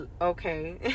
okay